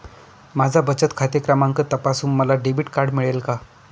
माझा बचत खाते क्रमांक तपासून मला डेबिट कार्ड मिळेल का?